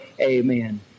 Amen